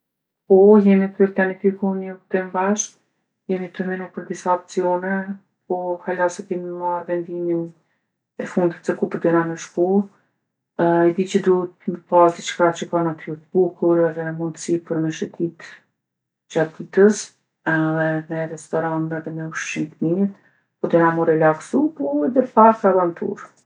Po jemi tu e planifiku ni udhtim bashkë. Jemi tu menu për disa opcione, po hala se kemi marrë vendimin e fundit se ku po dojna me shku. E di që duhet me pasë diçka që ka natyrë t'bukur edhe mundsi për me shetitë gjatë ditës edhe naj restorant edhe me ushqim t'mirë. Po dojna m'u relaksu, po edhe pak avanturë.